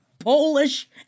Polish